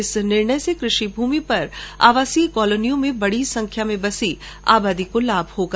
इस निर्णय से कृषि भूमि पर आवासीय कॉलोनियों में बडी संख्या में बसी आबादी को लाभ मिलेगा